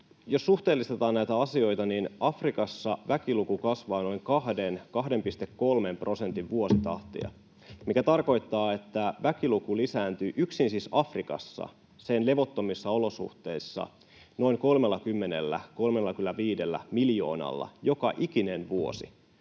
Jos suhteellistetaan näitä asioita, niin Afrikassa väkiluku kasvaa noin 2—2,3 prosentin vuositahtia, mikä tarkoittaa, että väkiluku lisääntyy yksin siis Afrikassa, sen levottomissa olosuhteissa noin 30—35 miljoonalla joka ikinen vuosi.